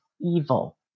evil